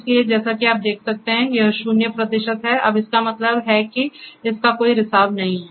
इसलिए जैसा कि आप देख सकते हैं कि यह शून्य प्रतिशत है अब इसका मतलब है कि इसका कोई रिसाव नहीं है